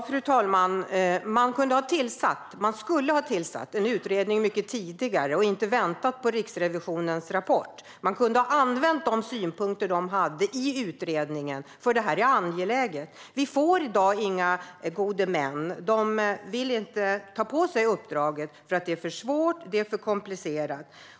Fru talman! Man skulle ha tillsatt en utredning mycket tidigare och inte väntat på Riksrevisionens rapport. Man kunde ha använt de synpunkter som fanns i utredningen, för detta är angeläget. Vi får i dag inga gode män - de vill inte ta på sig uppdraget därför att det är för svårt och komplicerat.